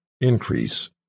increase